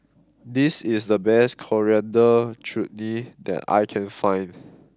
this is the best Coriander Chutney that I can find